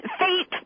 fate